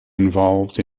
involved